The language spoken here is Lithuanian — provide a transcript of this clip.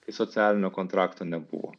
kai socialinio kontrakto nebuvo